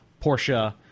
Porsche